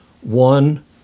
one